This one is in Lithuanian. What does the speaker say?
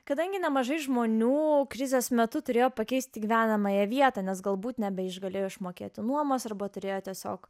kadangi nemažai žmonių krizės metu turėjo pakeisti gyvenamąją vietą nes galbūt nebeišgalėjo išmokėti nuomos arba turėjo tiesiog